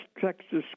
Texas